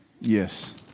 Yes